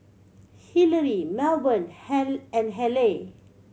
Hillery Melbourne and Haleigh